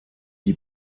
die